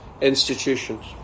institutions